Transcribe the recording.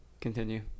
Continue